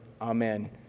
Amen